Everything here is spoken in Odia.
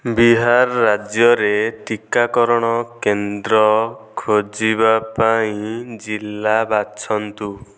ବିହାର ରାଜ୍ୟରେ ଟିକାକରଣ କେନ୍ଦ୍ର ଖୋଜିବା ପାଇଁ ଜିଲ୍ଲା ବାଛନ୍ତୁ